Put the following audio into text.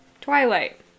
Twilight